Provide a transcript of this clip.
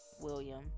william